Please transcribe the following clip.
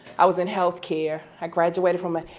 i was in healthcare. i graduated from ah